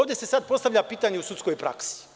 Sada se ovde postavlja pitanje o sudskoj praksi.